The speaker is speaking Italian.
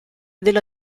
della